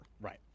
Right